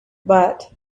but